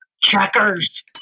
Checkers